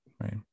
right